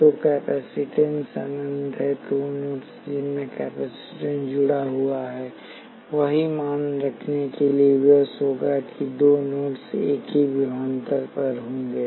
तो कैपेसिटेंस अनंत है तो दो नोड्स जिनमें कैपेसिटेंस जुड़ा हुआ है वही मान रखने के लिए विवश होगा कि दो नोड्स एक ही विभवांतर पर होंगे